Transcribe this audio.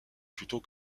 plutôt